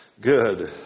Good